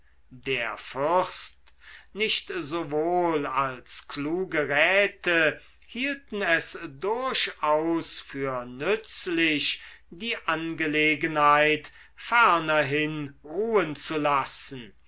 der fürst nicht sowohl als kluge räte hielten es durchaus für nützlich die angelegenheit fernerhin ruhen zu lassen